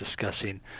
discussing